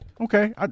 Okay